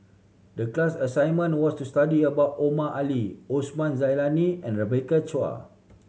the class assignment was to study about Omar Ali Osman Zailani and Rebecca Chua